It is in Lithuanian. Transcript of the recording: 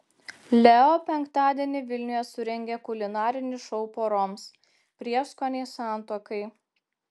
leo penktadienį vilniuje surengė kulinarinį šou poroms prieskoniai santuokai